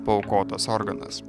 paaukotas organas